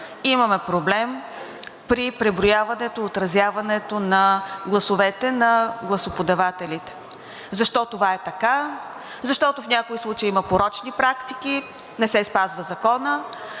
имаме проблем при преброяването, отразяването на гласовете на гласоподавателите. Защо това е така? Защото в някои случаи има порочни практики, не се спазва Законът,